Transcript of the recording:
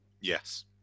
Yes